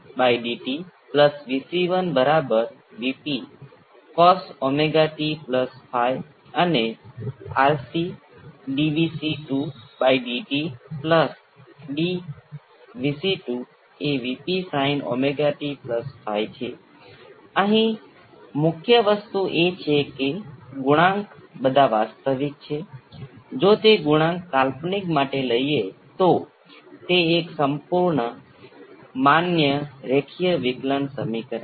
હવે આ બે કેસોમાં ક્વાલિટી ફેક્ટર વિપરીત કેમ બહાર આવે છે ક્વાલિટી ફેક્ટર આ સર્કિટની ગુણવત્તાનું અમુક માપ છે આ કિસ્સામાં ગુણવત્તાનો અર્થ શું છે હું વિકલનમાં જઈશ નહીં પરંતુ તે એક માપ છે કે કેવી રીતે કેટલી ઉર્જાનો સંગ્રહ થાય છે અને તેની સાપેક્ષે કેટલી ઉર્જા ગુમાવે છે